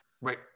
Right